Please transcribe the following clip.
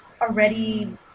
already